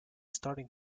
starting